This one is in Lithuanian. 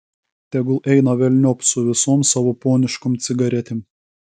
tegul eina velniop su visom savo poniškom cigaretėm